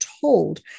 told